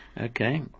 Okay